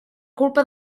culpa